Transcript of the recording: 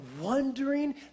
wondering